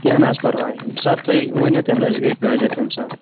کیٚنٛہہ نہَ حظ پَرواے ییٚمہِ ساتہٕ تُہۍ ؤنِو تَمہِ ساتہٕ حظ گٔے حٲضِر تَمہِ ساتہٕ